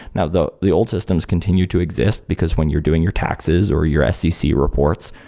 now the the old systems continue to exist, because when you're doing your taxes, or your scc reports,